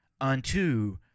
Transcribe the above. unto